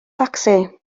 tacsi